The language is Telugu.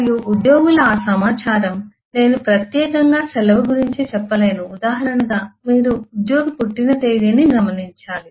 మరియు ఉద్యోగుల ఆ సమాచారం నేను ప్రత్యేకంగా సెలవు గురించి చెప్పలేను ఉదాహరణకు మీరు ఉద్యోగి పుట్టిన తేదీని గమనించాలి